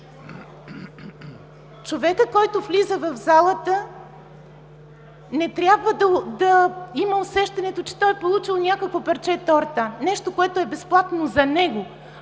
човекът, който влиза в залата, не трябва да има усещането, че той е получил някакво парче торта – нещо, което е безплатно за него,